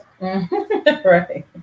Right